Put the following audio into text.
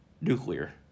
nuclear